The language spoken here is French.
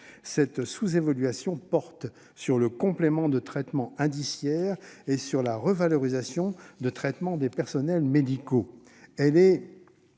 Cette sous-évaluation porte sur le complément de traitement indiciaire et sur la revalorisation de traitement des personnels médicaux.